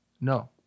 No